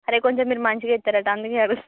అరె కొంచెం మీరు మంచిగ వేస్తారట అందుకే కదా